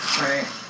right